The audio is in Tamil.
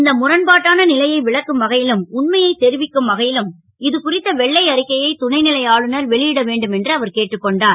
இந்த முரண்பாட்டான லையை விளக்கும் வகை லும் உண்மையை தெரிவிக்கும் வகை லும் இதுகுறித்த வெள்ளை அறிக்கையை துணை லை ஆளுநர் வெளி ட வேண்டும் என்று அவர் கேட்டுக் கொண்டார்